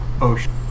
ocean